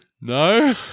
No